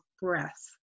breath